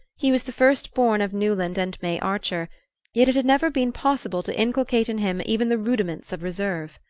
he was the first-born of newland and may archer, yet it had never been possible to inculcate in him even the rudiments of reserve.